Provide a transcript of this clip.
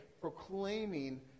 proclaiming